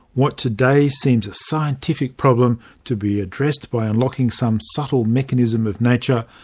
what today seems a scientific problem, to be addressed by unlocking some subtle mechanism of nature,